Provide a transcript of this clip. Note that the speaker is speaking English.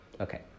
Okay